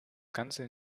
ganze